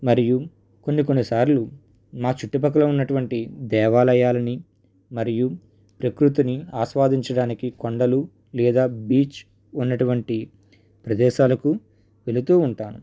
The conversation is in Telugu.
మరియు కొన్ని కొన్ని సార్లు నా చుట్టుపక్కల ఉన్నటువంటి దేవాలయాలని మరియు ప్రకృతిని ఆస్వాదించడానికి కొండలు లేదా బీచ్ ఉన్నటువంటి ప్రదేశాలకు వెళుతూ ఉంటాను